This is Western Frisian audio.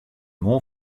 moarn